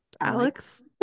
Alex